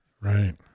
right